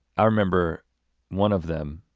i remember one of them,